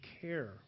care